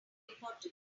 important